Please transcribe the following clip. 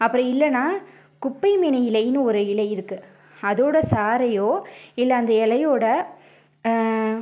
அப்படி இல்லைன்னா குப்பைமேனி இலைனு ஒரு இலை இருக்குது அதோடய சாற்றையோ இல்லை அந்த இலையோட